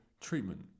treatment